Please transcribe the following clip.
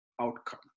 outcome